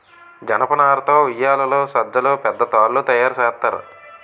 జనపనార తో ఉయ్యేలలు సజ్జలు పెద్ద తాళ్లు తయేరు సేత్తారు